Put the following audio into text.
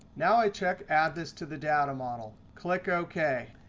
now i check, add this to the data model. click ok.